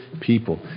people